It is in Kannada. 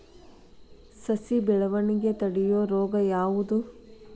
ಸಸಿ ಬೆಳವಣಿಗೆ ತಡೆಯೋ ರೋಗ ಯಾವುದು?